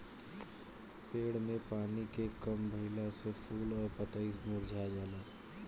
पेड़ में पानी के कम भईला से फूल आ पतई मुरझा जाला